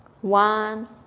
one